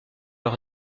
leur